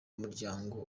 muryango